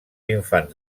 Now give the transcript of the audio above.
infants